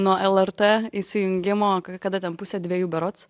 nuo lrt įsijungimo kada ten pusę dviejų berods